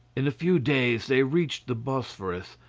in a few days they reached the bosphorus,